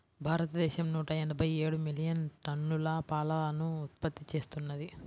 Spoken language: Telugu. భారతదేశం నూట ఎనభై ఏడు మిలియన్ టన్నుల పాలను ఉత్పత్తి చేస్తున్నది